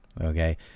Okay